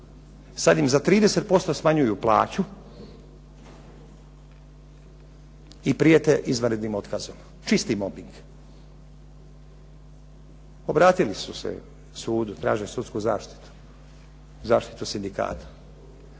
Sada im za 30% smanjuju plaću i prijete izvanrednim otkazom. Čisti mobing. Obratili su se sudu, traže sudsku zaštitu, zaštitu sindikata.